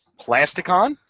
Plasticon